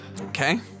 Okay